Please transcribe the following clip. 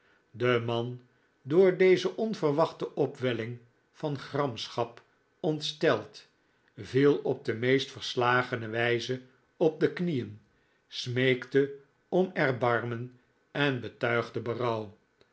de man door deze onverwachte opwelling van gramschap ontsteld viel op de meest verslagene wijze op de knieen smeekte om erbarmen en betuigde